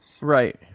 Right